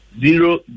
zero